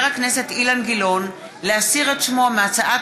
חבר הכנסת אילן גילאון ביקש להסיר את שמו מהצעת